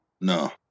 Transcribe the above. no